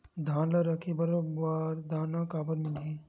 धान ल रखे बर बारदाना काबर मिलही?